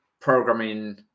programming